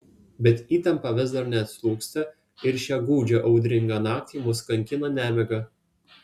bet įtampa vis dar neatslūgsta ir šią gūdžią audringą naktį mus kankina nemiga